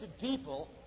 people